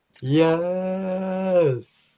Yes